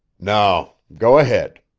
no. go ahead.